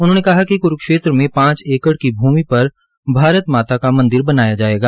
उन्होंने कहा कि क्रूक्षेत्र में पांच एकड़ भ्रमि पर भारत माता का मंदिर बनाया जायेगा